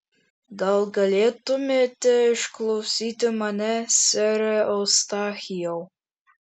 gal galėtumėte išklausyti mane sere eustachijau